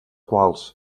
quals